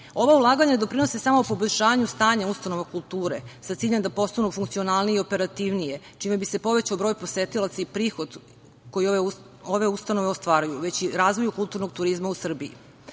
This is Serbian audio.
ulaganja doprinose samo poboljšanju stanja ustanova kulture sa ciljem da postanu funkcionalnije i operativnije čime bi se povećao broj posetilaca i prihod koji ove ustanove ostvaruju, kao i razvoju kulturnog turizma u Srbiji. Navela